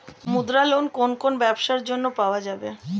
মুদ্রা লোন কোন কোন ব্যবসার জন্য পাওয়া যাবে?